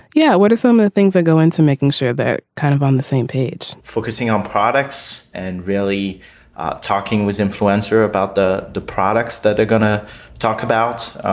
yeah what are some of the things that go into making sure that kind of on the same page focusing on um products and really talking with influencer about the the products that they're going to talk about.